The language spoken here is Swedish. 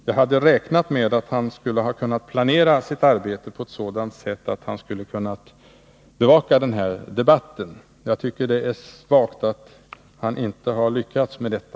Jag hade räknat med att han skulle ha kunnat planera sitt arbete på ett sådant sätt att han skulle ha kunnat bevaka den här debatten, och jag tycker det är svagt att han inte har lyckats med detta.